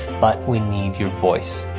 but we need your voice.